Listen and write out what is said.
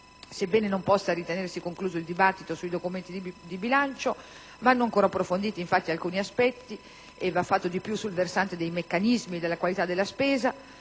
Sebbene non possa ritenersi concluso il dibattito sui documenti di bilancio - vanno ancora approfonditi alcuni aspetti, va fatto di più sul versante dei meccanismi e della qualità della spesa